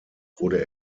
wurde